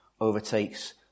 overtakes